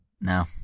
No